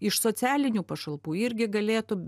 iš socialinių pašalpų irgi galėtų